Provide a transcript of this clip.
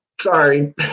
Sorry